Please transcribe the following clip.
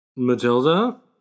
Matilda